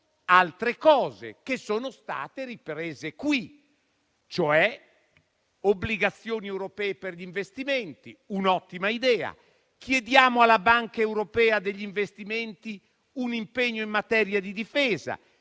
altre cose, che sono state riprese in questa sede. Penso alle obbligazioni europee per gli investimenti: è un'ottima idea. Chiediamo alla Banca europea degli investimenti un impegno in materia di difesa;